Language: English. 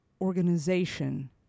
organization